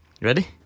Ready